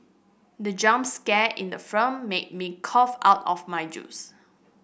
the jump scare in the film made me cough out of my juice